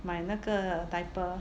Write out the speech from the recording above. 买那个 diaper